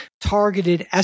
targeted